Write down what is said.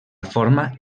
forma